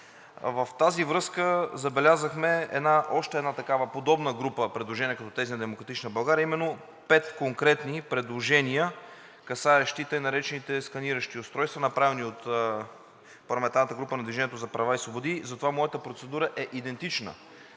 В тази връзка забелязахме още една такава подобна група предложения, като тези на „Демократична България“, а именно пет конкретни предложения, касаещи тъй наречените сканиращи устройства, направени от парламентарната група на „Движение за права и свободи“, затова моята процедура е идентична.